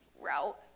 route